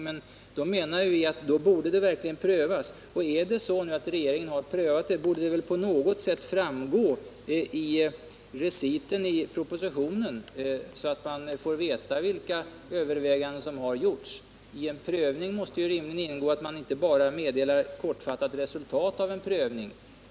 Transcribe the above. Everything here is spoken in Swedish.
Men därför menar vi att den nu borde ha prövats. Och har nu regeringen verkligen prövat frågan borde det på något sätt framgå av propositionen, så att man får veta vilka överväganden som har gjorts. I redovisningen av en prövning måste rimligen ingå mer än att man bara kortfattat meddelar resultatet av prövningen.